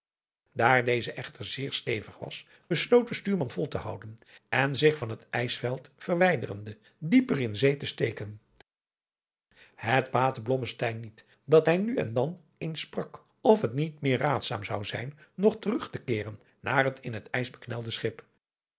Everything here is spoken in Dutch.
daar deze echter zeer stevig was besloot de stuurman vol te houden en zich van het ijsveld verwijderende dieper in zee te steken het baatte blommesteyn niet dat hij nu en dan eens sprak of het niet meer raadzaam zou zijn nog terug te keeren naar het in het ijs beknelde schip